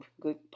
good